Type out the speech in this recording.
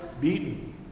beaten